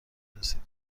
رسید